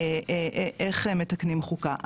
אייך מתקנים חוקה.